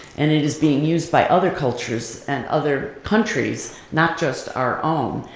and it is being used by other cultures and other countries, not just our own,